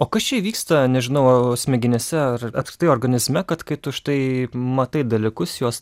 o kas čia vyksta nežinau smegenyse ar apskritai organizme kad kai tu štai matai dalykus juos